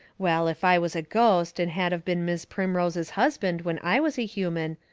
well, if i was a ghost and had of been mis' primrose's husband when i was a human,